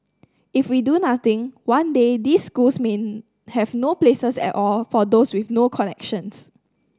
if we do nothing one day these schools may have no places at all for those with no connections